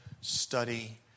study